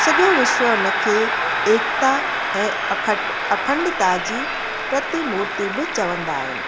सॼो विश्व उनखे एकता ऐं अखट अखंडता जी प्रतिमुर्ति बि चवंदा आहिनि